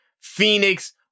Phoenix